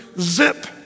zip